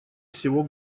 всего